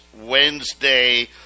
Wednesday